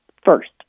first